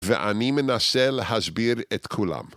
ואני מנסה להסביר את כולם.